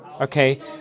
Okay